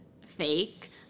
fake